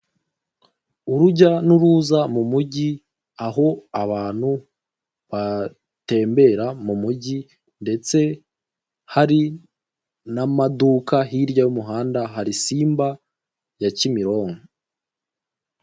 Urujya n'uruza mu mujyi aho abantu batembera mu mujyi ndetse hari n'amaduka hirya y'umuhanda hari simba ya Kimironko.